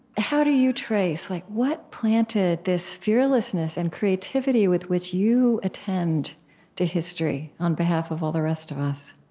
how do you trace like what planted this fearlessness and creativity with which you attend to history on behalf of all the rest of us?